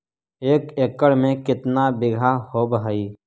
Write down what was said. एक एकड़ में केतना बिघा होब हइ?